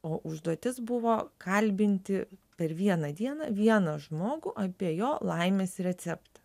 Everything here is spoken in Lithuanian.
o užduotis buvo kalbinti per vieną dieną vieną žmogų apie jo laimės receptą